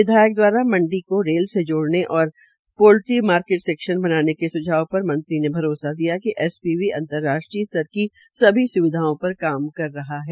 विधायक दवारा मंडी को रेल से जोड़ने और पोल्ट्री मार्केट सैक्शन बनाने के सुझाव पर मंत्री ने भरोसा दिया कि एसपीवी अंतर्राष्ट्रीय स्तर की सभी स्विधाओं पर काम कर रहा है